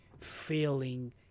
feeling